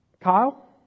kyle